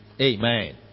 Amen